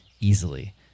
easily